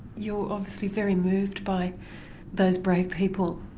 you're obviously very moved by those brave people.